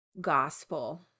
gospel